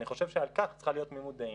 אני חושב שעל כך צריכה להיות תמימות-דעים.